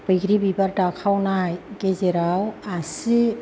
बैग्रि बिबार दाखावनाय गेजेराव आसि